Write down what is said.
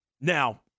Now